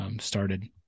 started